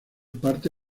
parte